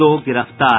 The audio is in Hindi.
दो गिरफ्तार